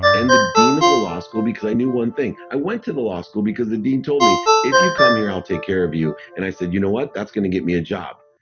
and the dean of the law school, because i knew one thing. i went to the law school because the dean told me, if you come here, i'll take care of you. and i said, you know what? that's going to get me a job.